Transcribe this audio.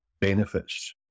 benefits